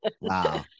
Wow